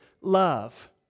love